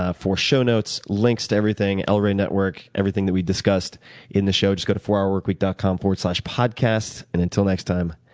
ah for show notes, links to everything, el rey network, everything that we discussed in the show, just go to fourhourworkweek dot com slash podcast, and until next time,